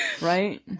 Right